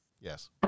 Yes